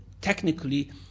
technically